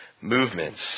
movements